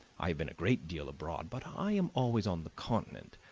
i have been a great deal abroad, but i am always on the continent.